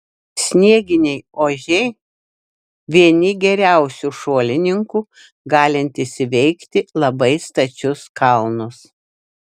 snieginiai ožiai vieni geriausių šuolininkų galintys įveikti labai stačius kalnus